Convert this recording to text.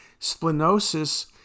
splenosis